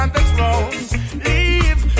Leave